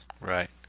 Right